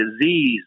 disease